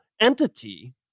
entity